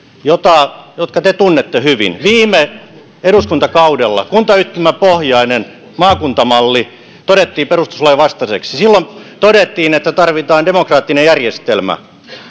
jotka te tunnette hyvin viime eduskuntakaudella kuntayhtymäpohjainen maakuntamalli todettiin perustuslain vastaiseksi silloin todettiin että tarvitaan demokraattinen järjestelmä